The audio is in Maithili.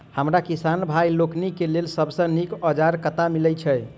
हमरा किसान भाई लोकनि केँ लेल सबसँ नीक औजार कतह मिलै छै?